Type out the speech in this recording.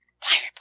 pirate